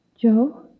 Joe